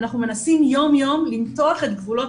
אנחנו מנסים יום יום למתוח את גבולות